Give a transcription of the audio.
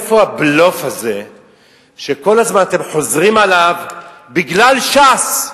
מאיפה הבלוף הזה שכל הזמן אתם חוזרים עליו: בגלל ש"ס,